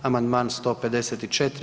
Amandman 154.